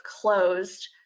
closed